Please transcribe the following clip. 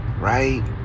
right